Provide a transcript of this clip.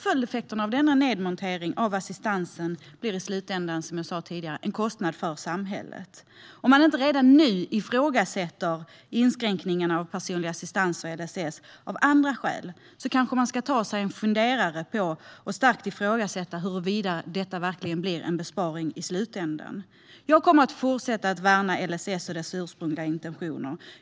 Följdeffekterna av nedmonteringen av assistansersättningen blir i slutändan en kostnad för samhället, vilket jag tog upp tidigare. Om man inte redan nu ifrågasätter inskränkningen av personlig assistans och LSS av andra skäl kanske man ska ta sig en funderare över huruvida detta verkligen blir en besparing i slutändan. Jag kommer att fortsätta värna LSS och dess ursprungliga intentioner.